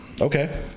Okay